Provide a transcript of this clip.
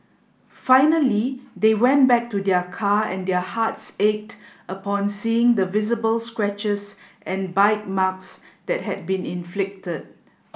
finally they went back to their car and their hearts ached upon seeing the visible scratches and bite marks that had been inflicted